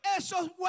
Esos